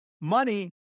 money